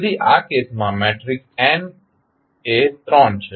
તેથી આ કેસમાં મેટ્રિક્સ n એ 3 છે